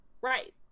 Right